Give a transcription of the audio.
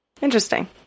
Interesting